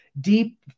deep